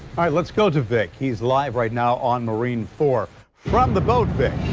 i let's go to vickie's live right now on marine four from the boat back.